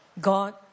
God